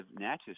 Natchez